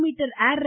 metre air ரை